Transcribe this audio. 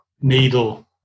needle